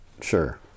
sure